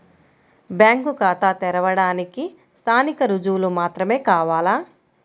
Bank ఖాతా తెరవడానికి స్థానిక రుజువులు మాత్రమే కావాలా?